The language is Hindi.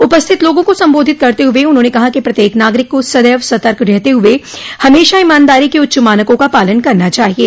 उपस्थित लोगों को संबोधित करते हुए उन्होंने कहा कि प्रत्येक नागरिक को सदैव सतर्क रहते हुए हमेशा ईमानदारी के उच्च मानकों का पालन करना चाहिये